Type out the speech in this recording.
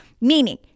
meaning